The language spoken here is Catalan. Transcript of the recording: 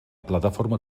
plataforma